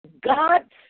God